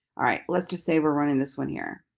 all right let's just say we're running this one here